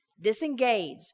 Disengage